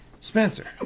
Spencer